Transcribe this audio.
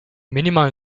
minimalen